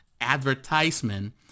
advertisement